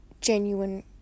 genuine